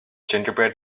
gingerbread